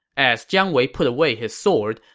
as jiang wei put away his sword,